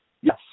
Yes